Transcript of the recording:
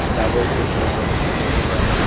তিতাবৰ ষ্টেচনত ৰ'ব তেনেকুৱা